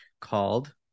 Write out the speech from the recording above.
called